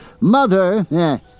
Mother